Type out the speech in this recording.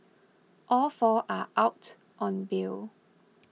all four are out on bail